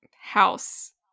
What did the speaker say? house